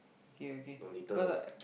okay okay cause I